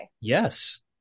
Yes